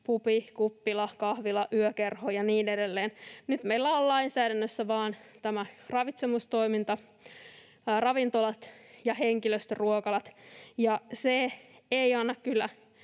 pubi, kuppila, kahvila, yökerho ja niin edelleen. Nyt meillä on lainsäädännössä vain ravitsemustoiminta, ravintolat ja henkilöstöruokalat. Se ei anna kyllä